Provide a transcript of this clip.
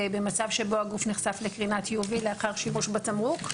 במצב שבו הגוף נחשף לקרינת UV לאחר שימוש בתמרוק,